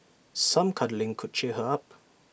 some cuddling could cheer her up